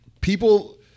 people